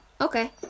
okay